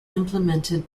implemented